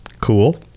cool